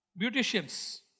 Beauticians